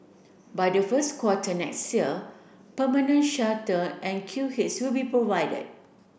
by the first quarter next year permanent shelter and queue heads will be provided